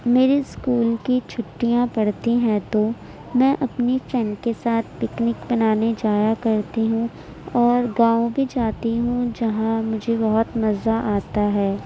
میری اسکول کی چھٹیاں پڑتی ہیں تو میں اپنی فرینڈ کے ساتھ پکنک منانے جایا کرتی ہوں اور گاؤں بھی جاتی ہوں جہاں مجھے بہت مزہ آتا ہے